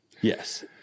Yes